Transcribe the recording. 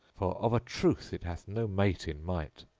for of a truth it hath no mate in might.